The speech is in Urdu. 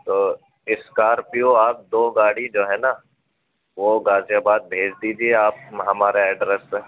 تو اسکارپیو آپ دو گاڑی جو ہے نا وہ غازی آباد بھیج دیجیے آپ ہم ہمارے ایڈریس پے